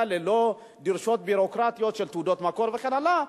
ללא דרישות ביורוקרטיות של תעודות מקור וכן הלאה.